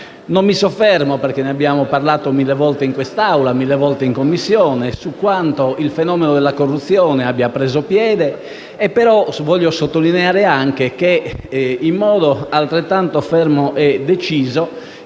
Non mi soffermo, perché ne abbiamo parlato molte volte in quest'Aula e in Commissione, su quanto il fenomeno della corruzione abbia preso piede, però voglio sottolineare che, in modo altrettanto fermo e deciso,